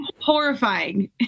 horrifying